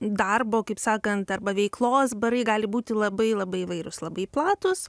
darbo kaip sakant arba veiklos barai gali būti labai labai įvairūs labai platūs